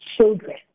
children